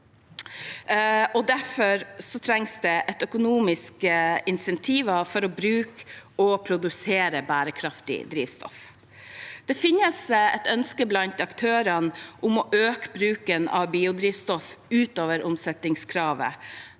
derfor trengs det økonomiske insentiver for å bruke og produsere bærekraftig drivstoff. Det finnes et ønske blant aktørene om å øke bruken av biodrivstoff utover omsetningskravet.